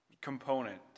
component